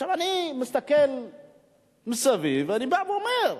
אני מסתכל מסביב ואני בא ואומר: